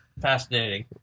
Fascinating